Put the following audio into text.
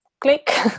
click